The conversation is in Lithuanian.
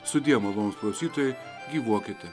sudie malonūs klausytojai gyvuokite